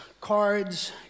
cards